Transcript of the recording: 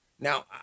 now